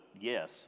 yes